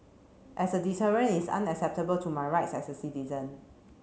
as a deterrent is unacceptable to my rights as a citizen